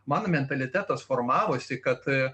mano mentalitetas formavosi kad